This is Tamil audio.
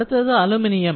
அடுத்தது அலுமினியம்